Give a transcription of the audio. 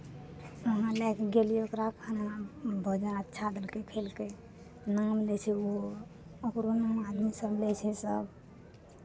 तहाँ लए कऽ गेलियै ओकरा खाना भोजन अच्छा देलकै खेलकै नाम लै छै ओहो ओकरो नाम आदमीसभ लै छै सभ